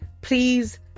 please